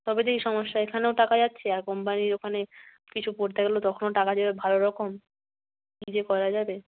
সবেতেই সমস্যা এখানেও টাকা যাচ্ছে আর কোম্পানির ওখানে কিছু পড়তে গেলে তখনও টাকা যাবে ভালোরকম কী যে করা যাবে